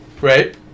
Right